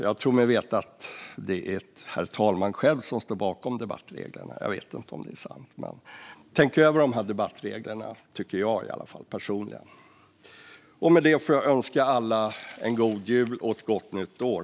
Jag tror mig veta att det är herr talmannen själv som står bakom debattreglerna. Jag vet inte om det är sant. Men jag personligen tycker att man ska tänka över dessa debattregler. Med detta vill jag önska alla en god jul och ett gott nytt år.